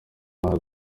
hazaza